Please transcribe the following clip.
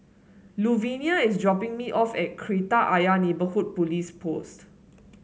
Luvinia is dropping me off at Kreta Ayer Neighbourhood Police Post